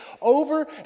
over